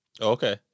Okay